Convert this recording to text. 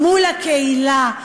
מול הקהילה,